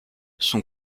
son